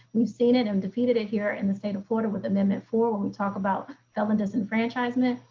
we've seen it and defeated it here in the state of florida with amendment four, when we talk about felon disenfranchisement,